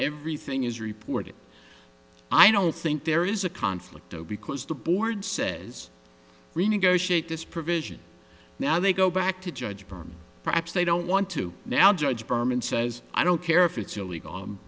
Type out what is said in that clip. everything is reported i don't think there is a conflict oh because the board says renegotiate this provision now they go back to judge berman perhaps they don't want to now judge berman says i don't care if it's illegal u